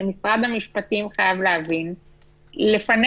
שמשרד המשפטים חייב להבין לפנינו,